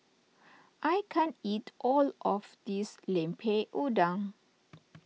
I can't eat all of this Lemper Udang